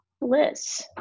bliss